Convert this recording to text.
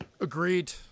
Agreed